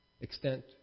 extent